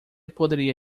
poderia